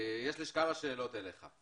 יש לי כמה שאלות אליך.